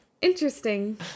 Interesting